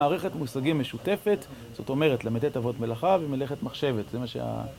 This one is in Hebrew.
מערכת מושגים משותפת, זאת אומרת, למדת אבות מלאכה ומלאכת מחשבת